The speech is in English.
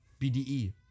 BDE